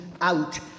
out